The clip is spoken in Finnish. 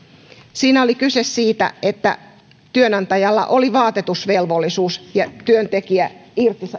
siinä oli kyse siitä että työnantajalla oli vaatetusvelvollisuus ja työntekijä